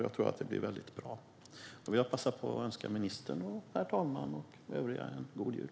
Jag tror att det blir väldigt bra. Jag vill passa på att önska ministern, herr talmannen och övriga en god jul.